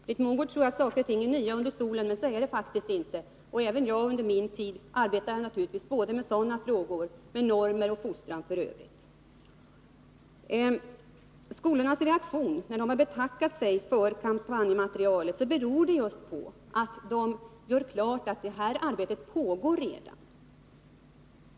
Britt Mogård tror att vissa saker och ting är nya under solen i och med hennes inhopp, men så är det faktiskt inte. Även jag arbetade naturligtvis under min tid i kanslihuset med sådana här frågor, med normer och fostran. Skolornas reaktion, när de har betackat sig för kampanjmaterialet, beror just på att de gör klart att det här arbetet redan pågår.